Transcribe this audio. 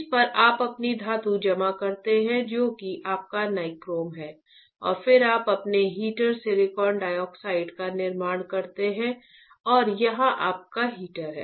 इस पर आप अपनी धातु जमा करते हैं जो कि आपका निक्रोम है और फिर आप अपने हीटर सिलिकॉन डाइऑक्साइड का निर्माण करते हैं और यहां आपका हीटर है